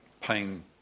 paying